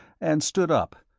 and stood up,